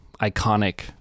iconic